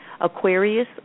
Aquarius